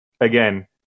again